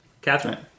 Catherine